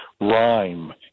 rhyme